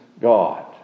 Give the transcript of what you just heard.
God